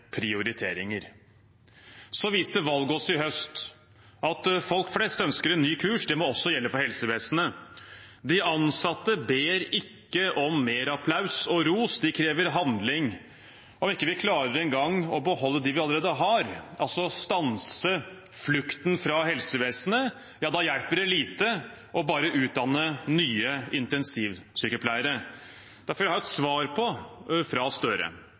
prioriteringer. Valget viste oss i høst at folk flest ønsker en ny kurs. Det må også gjelde for helsevesenet. De ansatte ber ikke om mer applaus og ros. De krever handling. Om vi ikke engang klarer å beholde dem vi allerede har, altså stanse flukten fra helsevesenet, hjelper det lite å bare utdanne nye intensivsykepleiere. Derfor vil jeg ha svar på dette fra Gahr Støre: